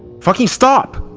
fucking stop!